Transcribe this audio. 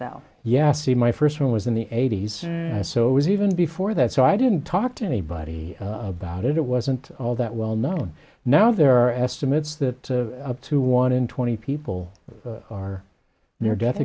though yeah see my first one was in the eighty's so it was even before that so i didn't talk to anybody about it it wasn't all that well known now there are estimates that up to one in twenty people or near death